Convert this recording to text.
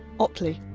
otley.